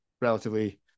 relatively